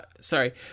sorry